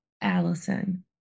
Allison